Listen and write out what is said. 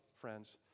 friends